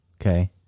okay